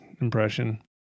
impression